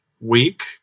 week